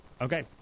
Okay